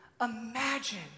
imagine